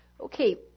Okay